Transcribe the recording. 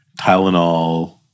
Tylenol